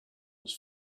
his